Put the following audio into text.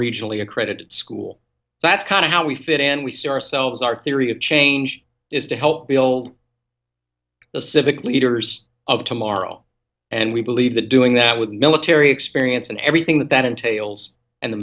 regionally accredited school that's kind of how we fit in we see ourselves our theory of change is to help deal the civic leaders of tomorrow and we believe that doing that with military experience and everything that that entails and the